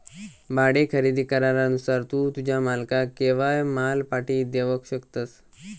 भाडे खरेदी करारानुसार तू तुझ्या मालकाक केव्हाय माल पाटी देवक शकतस